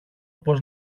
πώς